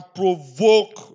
provoke